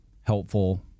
helpful